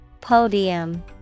podium